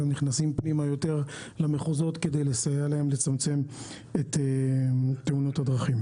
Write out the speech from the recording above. נכנסים גם פנימה למחוזות כדי לסייע להם לצמצם את תאונות הדרכים,